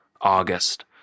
August